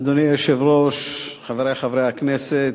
אדוני היושב-ראש, חברי חברי הכנסת,